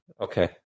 okay